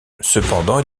cependant